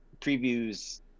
previews